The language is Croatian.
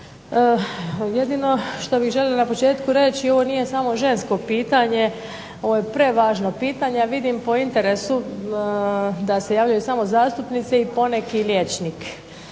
Jedino što bih željela na početku reći, ovo nije samo žensko pitanje, ovo je prevažno pitanje, a vidim po interesu da se javljaju samo zastupnice, i poneki liječnik,